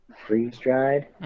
freeze-dried